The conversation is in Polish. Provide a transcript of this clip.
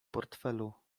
portfelu